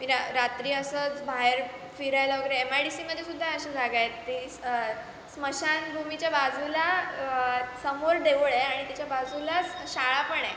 मी रा रात्री असंच बाहेर फिरायला वगैरे एम आय डी सीमध्येसुद्धा अशा जागा आहेत ती स्मशानभूमीच्या बाजूला समोर देऊळ आहे आणि त्याच्या बाजूलाच शाळा पण आहे